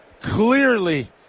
clearly